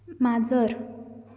माजर